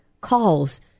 calls